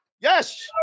Yes